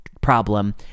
problem